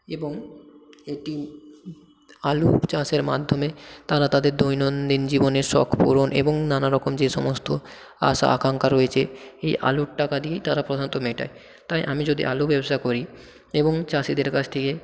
এবং এটি আলু চাষের মাধ্যমে তারা তাদের দৈনন্দিন জীবনের শখ পূরণ এবং নানা রকম যে সমস্ত আশা আকাঙ্ক্ষা রয়েছে এই আলুর টাকা দিয়েই তারা প্রধানত মেটায় তাই আমি যদি আলু ব্যবসা করি এবং চাষিদের কাছ থেকে